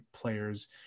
players